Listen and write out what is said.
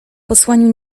posłaniu